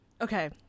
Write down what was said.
Okay